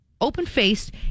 Open-faced